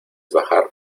bajar